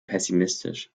pessimistisch